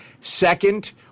Second